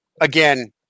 Again